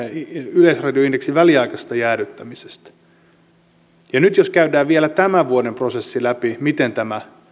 yleisradion indeksin väliaikaisesta jäädyttämisestä nyt jos käydään vielä tämän vuoden prosessi läpi miten tämä